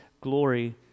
glory